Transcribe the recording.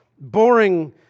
boring